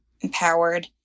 empowered